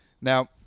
Now